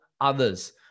others